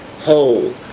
whole